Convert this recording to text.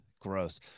Gross